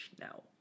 now